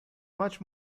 much